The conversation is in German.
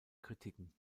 kritiken